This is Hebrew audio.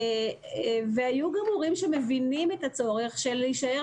היו גם הורים שמבינים את הצורך להישאר